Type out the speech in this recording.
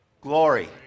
glory